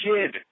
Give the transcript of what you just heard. Kid